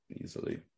easily